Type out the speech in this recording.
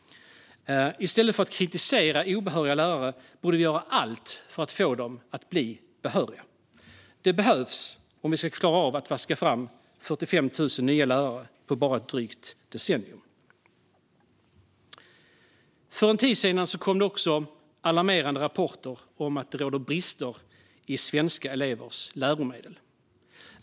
I stället för att kritisera obehöriga lärare borde vi göra allt för att få dem att bli behöriga. Det behövs om vi ska klara av att vaska fram 45 000 nya lärare på bara ett drygt decennium. För en tid sedan kom det alarmerande rapporter om svenska elevers läromedel.